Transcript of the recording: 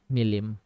Milim